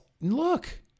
Look